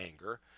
anger